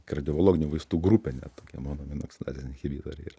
kardiologinių vaistų grupė net tokia monoaminooksidazės inhilitoriai yra